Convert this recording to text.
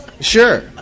Sure